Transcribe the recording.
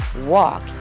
walk